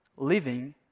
Living